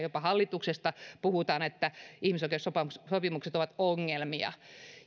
noudattaa jopa hallituksesta puhutaan että ihmisoikeussopimukset ovat ongelmia